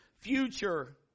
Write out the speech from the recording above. future